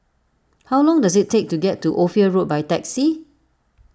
how long does it take to get to Ophir Road by taxi